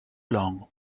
long